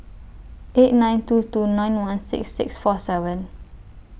eight nine two two nine one six six four seven